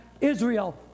Israel